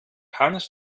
hannes